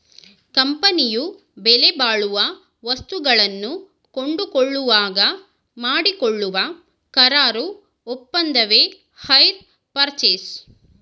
ಕಂಪನಿಯು ಬೆಲೆಬಾಳುವ ವಸ್ತುಗಳನ್ನು ಕೊಂಡುಕೊಳ್ಳುವಾಗ ಮಾಡಿಕೊಳ್ಳುವ ಕರಾರು ಒಪ್ಪಂದವೆ ಹೈರ್ ಪರ್ಚೇಸ್